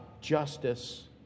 justice